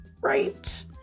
right